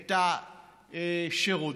את השירות.